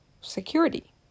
security